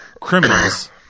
criminals